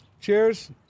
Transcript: Cheers